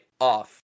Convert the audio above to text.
off